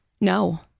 No